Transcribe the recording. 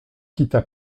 quitta